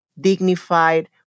dignified